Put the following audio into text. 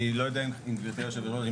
גברתי היושבת-ראש,